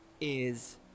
is-